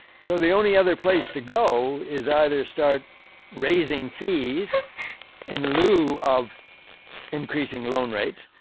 so the only other place to go is either start raising fees in lieu of increasing loan rates,